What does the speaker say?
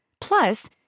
Plus